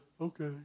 okay